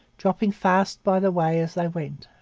dropping fast by the way as they went.